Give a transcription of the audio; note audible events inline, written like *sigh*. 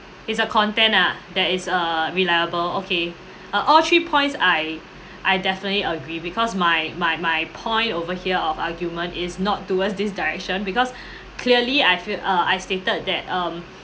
it's the content ah that is err reliable okay uh all three points I I definitely agree because my my my point over here of argument is not towards this direction because *breath* clearly I fee~ uh I stated that um